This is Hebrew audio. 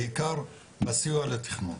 בעיקר בסיוע לתכנון.